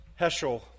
Heschel